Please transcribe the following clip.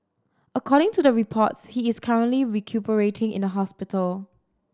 according to the reports he is currently recuperating in the hospital